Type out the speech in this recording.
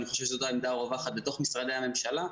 אני חושב שזאת עמדה הרווחת בתוך משרדי הממשלה,